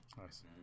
Nice